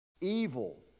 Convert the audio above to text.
Evil